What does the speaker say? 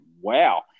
wow